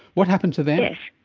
what happened to them?